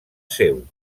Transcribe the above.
seu